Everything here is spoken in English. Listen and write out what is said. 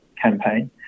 campaign